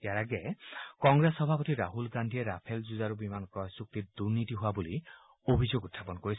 ইয়াৰ আগেয়ে কংগ্ৰেছ সভাপতি ৰাহুল গান্ধী ৰাফেল যুঁজাৰু বিমান ক্ৰয় চুক্তিত দুৰ্নীতি হোৱা বুলি অভিযোগ উখাপন কৰিছে